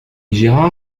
gérard